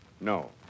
No